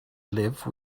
live